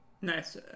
Nice